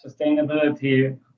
sustainability